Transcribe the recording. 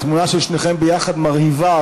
התמונה של שניכם ביחד מרהיבה,